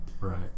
Right